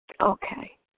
Okay